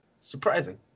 surprising